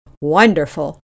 wonderful